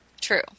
True